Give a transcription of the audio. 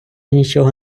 нічого